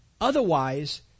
Otherwise